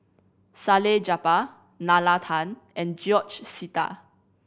Salleh Japar Nalla Tan and George Sita